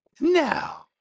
Now